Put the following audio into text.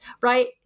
right